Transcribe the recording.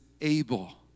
able